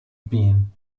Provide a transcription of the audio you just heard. been